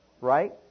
right